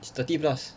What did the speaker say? it's thirty plus